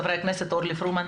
חברת הכנסת אורלי פרומן?